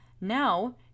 now